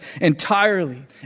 entirely